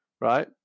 Right